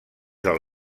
del